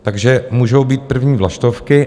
Takže můžou být první vlaštovky.